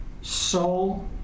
soul